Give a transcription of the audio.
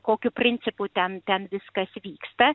kokiu principu ten ten viskas vyksta